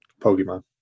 Pokemon